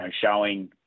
showing